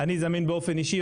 אני זמין באופן אישי,